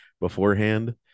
beforehand